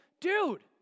dude